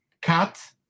cut